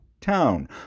town